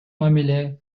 мамиле